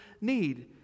need